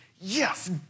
yes